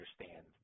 understand